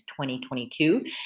2022